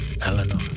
Eleanor